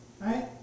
Right